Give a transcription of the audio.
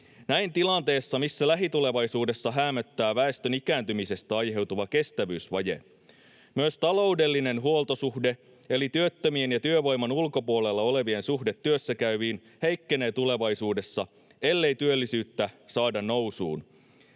näin tilanteessa, missä lähitulevaisuudessa häämöttää väestön ikääntymisestä aiheutuva kestävyysvaje. Myös taloudellinen huoltosuhde eli työttömien ja työvoiman ulkopuolella olevien suhde työssäkäyviin heikkenee tulevaisuudessa, ellei työllisyyttä saada nousuun.